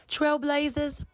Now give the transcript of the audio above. Trailblazers